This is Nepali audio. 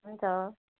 हुन्छ